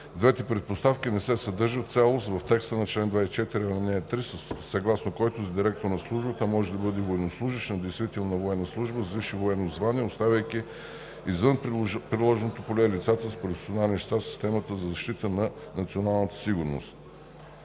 Двете предпоставки не се съдържат в цялост в текста на чл. 24, ал. 3, съгласно който директор на службата може да бъде военнослужещ на действителна военна служба с висше военно звание, оставяйки извън приложното поле лицата с професионален стаж в системата за защита на националната сигурност.